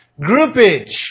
groupage